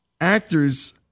actors